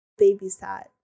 babysat